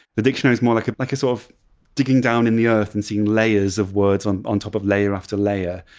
the dictionary is more like like sort of digging down in the earth and seeing layers of words, on on top of layer after layer,